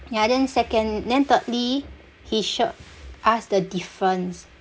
ya then second then thirdly he showed us the difference